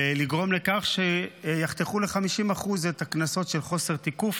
לגרום לכך שיחתכו ל-50% את הקנסות של חוסר תיקוף,